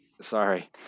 Sorry